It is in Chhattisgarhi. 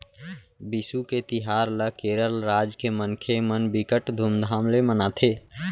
बिसु के तिहार ल केरल राज के मनखे मन बिकट धुमधाम ले मनाथे